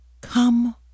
Come